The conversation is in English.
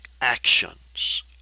actions